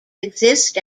exist